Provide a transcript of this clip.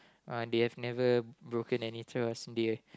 uh they have never broken any trust they have